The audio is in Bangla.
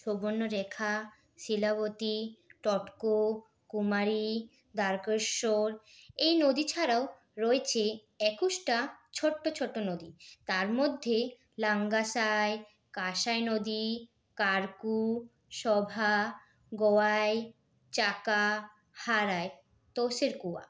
সুবর্ণরেখা শিলাবতী টটকো কুমারী দ্বারকেশর এই নদী ছাড়াও রয়েছে একুশটা ছোট্ট ছোট্ট নদী তার মধ্যে লাঙ্গাসাই কাঁসাই নদী কারকু শোভা গোয়াই চাকা হাড়াই তসের কুয়া